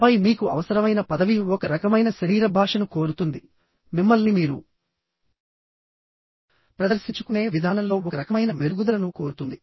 ఆపై మీకు అవసరమైన పదవి ఒక రకమైన శరీర భాషను కోరుతుంది మిమ్మల్ని మీరు ప్రదర్శించుకునే విధానంలో ఒక రకమైన మెరుగుదలను కోరుతుంది